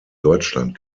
deutschland